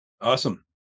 Awesome